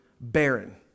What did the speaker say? Barren